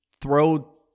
throw